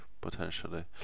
potentially